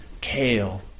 kale